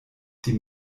die